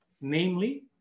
namely